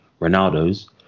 Ronaldo's